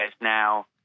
now